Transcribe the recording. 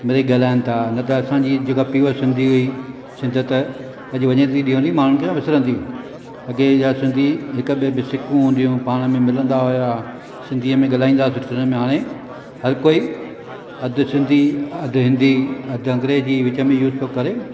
मिड़ई ॻाल्हाइनि था न त असां जी जेका पियोरु सिंधी हुइ सिंधियत अॼु वञे ती ॾींहो ॾींहुं माण्हूनि खां विसरंदी अॻे जा सिंधी हिक ॿिए में सिकूं हुयूं पाण में मिलंदा हुआ सिंधीअ में ॻाल्हाईंदा हुआ में हाणे हर कोई अधु सिंधी अधु हिंदी अधु अंग्रेजी विच में यूस थो करे